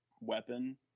weapon